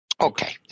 Okay